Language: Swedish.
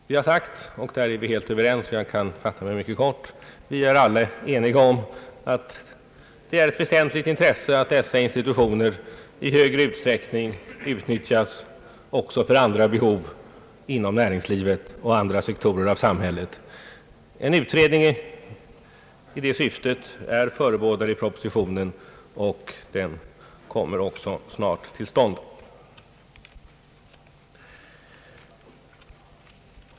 Vi är alla överens om att det är av väsentligt intresse att dessa institutioner i högre grad utnyttjas också för andra behov inom näringslivet och inom andra sektorer av samhället. En utredning i detta syfte är förebådad i propositionen, och den kommer också snart till stånd.